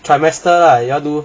trimester lah you all do